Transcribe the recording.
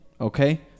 okay